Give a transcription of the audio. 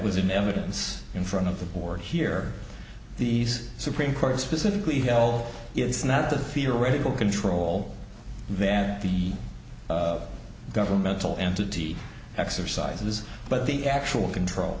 was in evidence in front of the board here these supreme court specifically hal it's not the theoretical control that the governmental entity exercises but the actual control